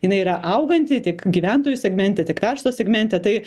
jinai yra auganti tiek gyventojų segmente tiek verslo segmente tai